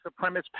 supremacist